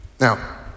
Now